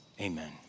Amen